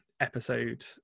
episode